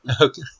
Okay